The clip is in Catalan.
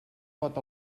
pot